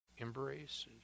embraces